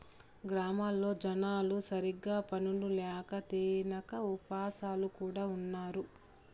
గ్రామాల్లో జనాలు సరిగ్గా పనులు ల్యాక తినక ఉపాసాలు కూడా ఉన్నారు